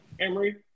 Emory